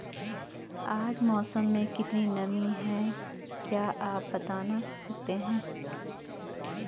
आज मौसम में कितनी नमी है क्या आप बताना सकते हैं?